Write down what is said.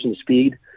speed